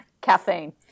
Caffeine